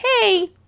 hey